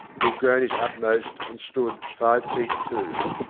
he had grown his utmost, and stood five feet two.